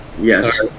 Yes